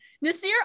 Nasir